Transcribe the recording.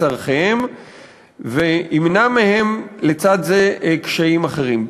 צורכיהם וימנע מהם לצד זה קשיים אחרים,